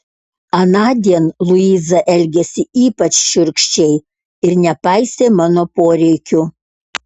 anądien luiza elgėsi ypač šiurkščiai ir nepaisė mano poreikių